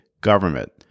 government